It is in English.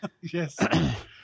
Yes